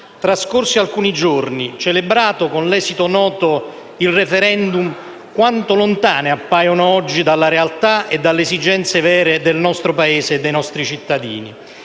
trascorsi alcuni giorni, celebrato - con l'esito noto - il *referendum*, quanto lontane appaiono oggi dalla realtà e dalle esigenze vere del nostro Paese e dei nostri cittadini.